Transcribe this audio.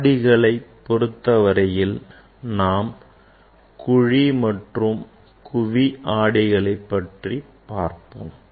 ஆடிகளைப் பொருத்தவரையில் நாம் குழி மற்றும் குவி ஆடிகளைப் பற்றி பார்ப்போம்